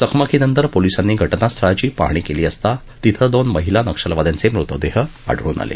चकमकीनंतर पोलिसांनी घटनास्थळाची पाहणी केली असता तिथं दोन महिला नक्षलवाद्यांचे मृतदेह आढळून आले